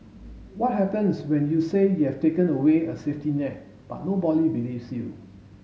what happens when you say you've taken away a safety net but nobody believes you